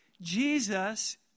Jesus